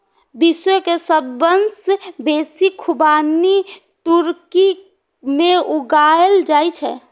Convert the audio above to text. विश्व मे सबसं बेसी खुबानी तुर्की मे उगायल जाए छै